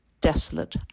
desolate